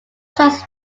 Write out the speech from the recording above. tracks